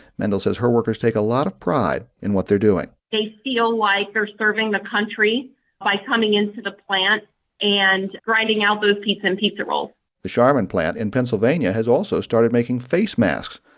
mendel says her workers take a lot of pride in what they're doing they feel like they're serving the country by coming into the plant and grinding out those pizzas and pizza rolls the charmin plant in pennsylvania has also started making face masks.